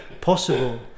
possible